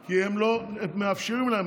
כי לא מאפשרים להם,